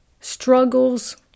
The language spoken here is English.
struggles